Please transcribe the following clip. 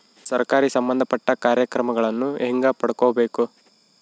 ಸರಕಾರಿ ಸಂಬಂಧಪಟ್ಟ ಕಾರ್ಯಕ್ರಮಗಳನ್ನು ಹೆಂಗ ಪಡ್ಕೊಬೇಕು?